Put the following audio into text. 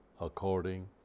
according